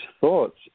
thoughts